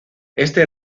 este